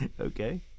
Okay